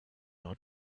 not